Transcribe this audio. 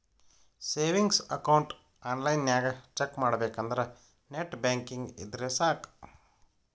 savings account ಆನ್ಲೈನ್ನ್ಯಾಗ check ಮಾಡಬೇಕಂದ್ರ net banking ಇದ್ರೆ ಸಾಕ್